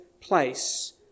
place